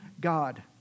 God